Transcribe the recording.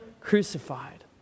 crucified